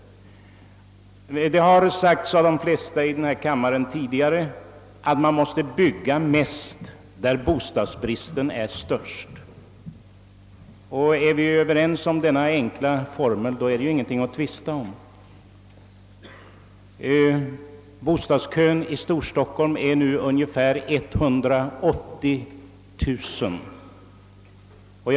Det har sagts av de flesta här i kammaren tidigare att man måste bygga mest där bostadsbristen är störst. Är vi överens om denna enkla formel, finns det ju ingenting att tvista om. Bostadskön i Storstockholm omfattar nu ungefär 180000 sökande.